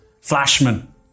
Flashman